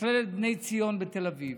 מכללת בני ציון בתל אביב,